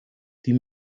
die